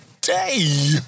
day